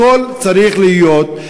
הכול צריך להיות,